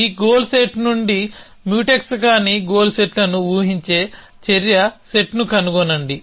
ఈ goal set నుండి mutex కాని గోల్ సెట్లను ఊహించే చర్య సెట్ను కనుగొనండి